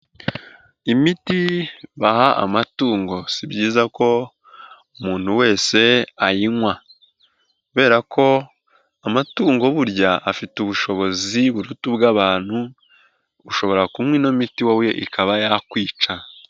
Amiti baha amatungo si byiza ko umuntu wese ayinywa, kubera ko amatungo burya afite ubushobozi buruta ubw'abantu ushobora kunywa ino miti wowe ikaba yakwica.